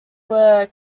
were